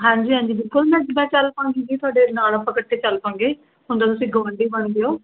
ਹਾਂਜੀ ਹਾਂਜੀ ਬਿਲਕੁਲ ਮੈਂ ਵੈਸੇ ਚੱਲ ਪਵਾਂਗੀ ਜੀ ਤੁਹਾਡੇ ਨਾਲ ਆਪਾਂ ਇਕੱਠੇ ਚੱਲ ਪਵਾਂਗੇ ਹੁਣ ਤਾਂ ਤੁਸੀਂ ਗਵਾਂਢੀ ਬਣ ਗਏ ਹੋ